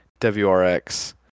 WRX